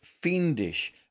fiendish